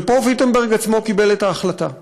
ופה ויטנברג עצמו קיבל את ההחלטה.